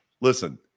listen